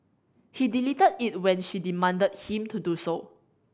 he deleted it when she demanded him to do so